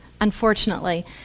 unfortunately